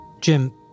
Jim